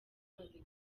imaze